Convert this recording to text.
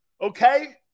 Okay